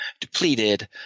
depleted